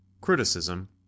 Criticism